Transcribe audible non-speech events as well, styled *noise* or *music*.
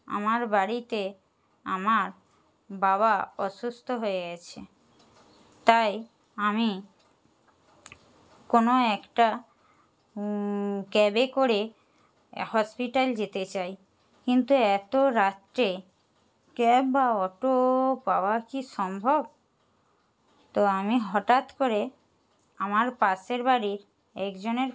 আমার বাড়িতে আমার বাবা অসুস্থ হয়ে গেছে তাই আমি কোনো একটা ক্যাবে করে *unintelligible* হসপিটাল যেতে চাই কিন্তু এত রাত্রে ক্যাব বা অটো পাওয়া কি সম্ভব তো আমি হঠাৎ করে আমার পাশের বাড়ির একজনের